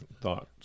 thoughts